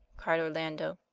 cried orlando.